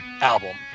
album